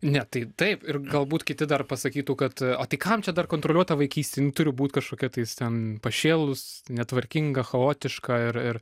ne tai taip ir galbūt kiti dar pasakytų kad o tai kam čia dar kontroliuot tą vaikystę jin turi būt kažkokia tais ten pašėlus netvarkinga chaotiška ir ir